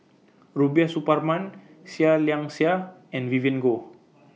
Rubiah Suparman Seah Liang Seah and Vivien Goh